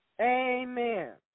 Amen